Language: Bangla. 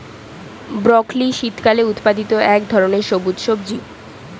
ব্রকলি শীতকালে উৎপাদিত এক ধরনের সবুজ সবজি